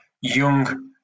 young